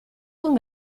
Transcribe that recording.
con